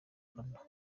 rwanda